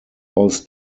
aus